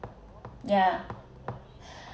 yeah